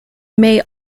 may